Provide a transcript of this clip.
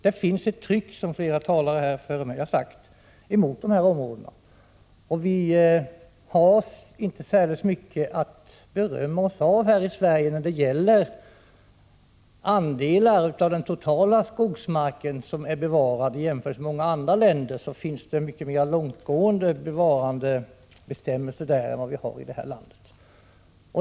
Som flera talare före mig har sagt finns det ett tryck mot dessa områden. Vi har inte särskilt mycket att berömma oss av i Sverige när det gäller andel av den totala skogsmarken som är bevarad i jämförelse med många andra länder, där det finns mycket mer långtgående bevarandebestämmelser än vad vi har i vårt land.